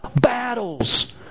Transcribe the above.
battles